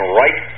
right